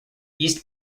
east